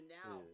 now